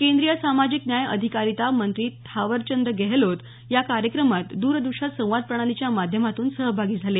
केंद्रीय सामाजिक न्याय अधिकारिता मंत्री थावरचंद गेहलोत या कार्यक्रमात द्रदृश्य संवाद प्रणालीच्या माध्यमातून सहभागी झाले